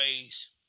ways